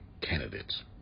candidates